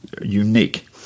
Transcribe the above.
unique